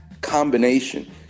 combination